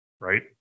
right